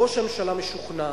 ראש הממשלה משוכנע